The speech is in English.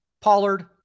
Pollard